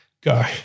Go